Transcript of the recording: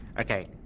okay